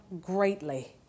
greatly